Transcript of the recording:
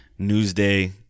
Newsday